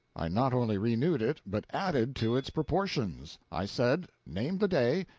i not only renewed it, but added to its proportions. i said, name the day,